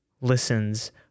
listens